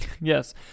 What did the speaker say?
Yes